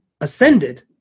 ascended